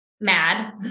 mad